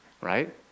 right